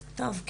טוב,